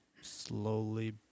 slowly